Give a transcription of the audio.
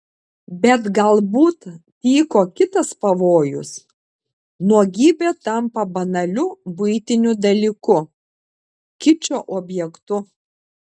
bet galbūt tyko kitas pavojus nuogybė tampa banaliu buitiniu dalyku kičo objektu